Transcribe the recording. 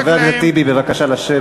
חבר הכנסת, חבר הכנסת טיבי, בבקשה לשבת.